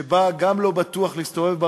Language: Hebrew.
כאילו גם ככה אין לנו בעיות של היעדר